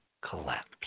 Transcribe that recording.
collapsed